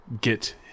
get